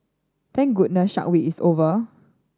thank goodness Shark Week is over